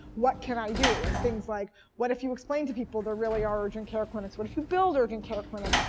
what can i do? and things like what if you explain to people there really are urgent care clinics? what if you build urgent care clinics?